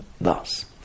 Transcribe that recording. Thus